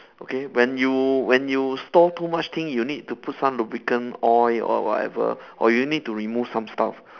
okay when you when you store too much thing you need to put some lubricant oil or whatever or you need to remove some stuff